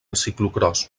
ciclocròs